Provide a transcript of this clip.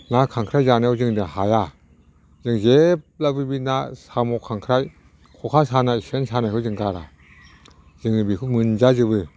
ना खांख्राय जानायाव जोंजों हाया जों जेब्लाबो बे ना साम' खांख्राय खखा सानाय सेन सानायखौ जों गारा जोङो बेखौ मोनजाजोबो